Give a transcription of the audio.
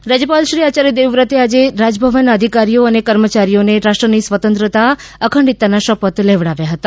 રાજયપાલ રાજપાલશ્રી આચાર્ય દેવવ્રતે આજે રાજભવનના અધિકારીઓ અને કર્મચારીઓને રાષ્ટ્રની સ્વતંત્રતા અને અખંડિતતાના શપથ લેવડાવ્યા હતા